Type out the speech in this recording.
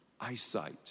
eyesight